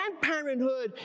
grandparenthood